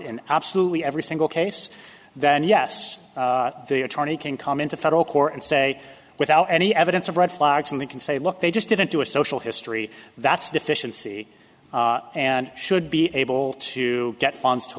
in absolutely every single case then yes the attorney can come into federal court and say without any evidence of red flags and they can say look they just didn't do a social history that's a deficiency and should be able to get funds to